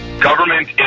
Government